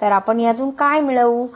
तर आपण यातून काय मिळवू